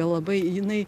gal labai jinai